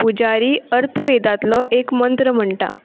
पुजारी अर्थवेदांतलो एक मंत्र म्हणटा